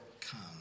come